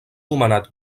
nomenat